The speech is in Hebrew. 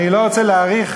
אני לא רוצה להאריך,